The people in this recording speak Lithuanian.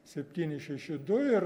septyni šeši du ir